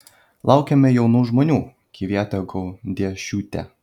laukiame jaunų žmonių kvietė gaudiešiūtė